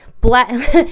black